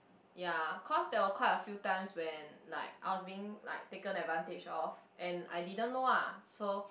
ya cause there were quite a few times when like I was being like taken advantage of and I didn't know ah so